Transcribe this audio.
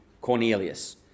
cornelius